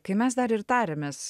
kai mes dar ir tarėmės